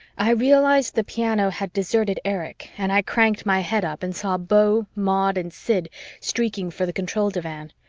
i realized the piano had deserted erich and i cranked my head up and saw beau, maud and sid streaking for the control divan.